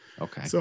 Okay